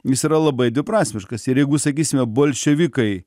jis yra labai dviprasmiškas ir jeigu sakysime bolševikai